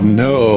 no